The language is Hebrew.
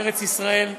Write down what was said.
בארץ ישראל,